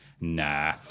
nah